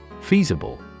Feasible